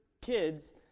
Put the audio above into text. kids